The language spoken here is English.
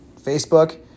Facebook